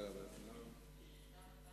בשעה